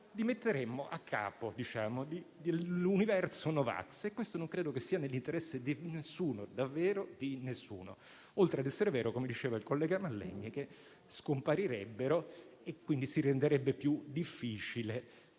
Li metteremmo a capo dell'universo no vax e questo non credo che sia nell'interesse di nessuno, davvero di nessuno; oltre ad essere vero - come diceva il collega Mallegni - che scomparirebbero e quindi si renderebbe più difficile